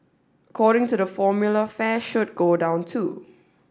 according to the formula fare should go down too